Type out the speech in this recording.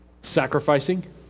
Sacrificing